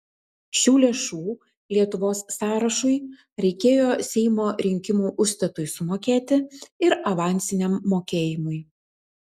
šių lėšų lietuvos sąrašui reikėjo seimo rinkimų užstatui sumokėti ir avansiniam mokėjimui